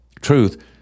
truth—